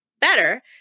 better